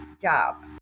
job